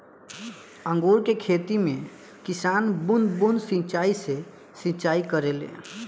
अंगूर के खेती में किसान बूंद बूंद सिंचाई से सिंचाई करेले